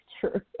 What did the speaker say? true